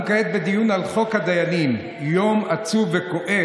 "מה שקרוי כיום 'קהילת